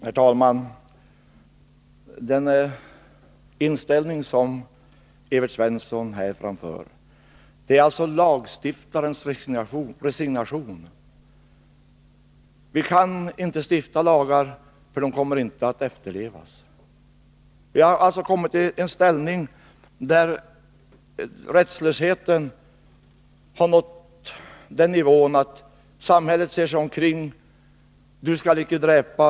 Herr talman! Den inställning som Evert Svensson här framför är alltså lagstiftarens resignation. Vi kan inte stifta lagar, därför att de inte kommer att efterlevas. Vi har alltså kommit i en situation där rättslösheten har nått den nivån att samhället säger: Du skall icke dräpa.